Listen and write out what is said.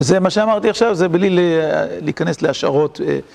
זה מה שאמרתי עכשיו, זה בלי להיכנס להשערות.